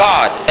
God